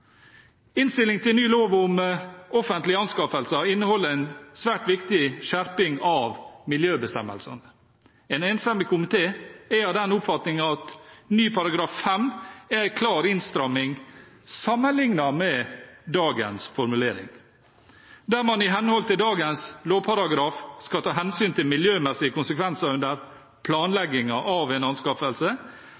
Innstilling til ny lov om offentlige anskaffelser inneholder en svært viktig skjerping av miljøbestemmelsene. En enstemmig komité er av den oppfatning at ny § 5 er en klar innstramming sammenlignet med dagens formulering. Der man i henhold til dagens lovparagraf skal ta hensyn til miljømessige konsekvenser under